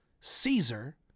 Caesar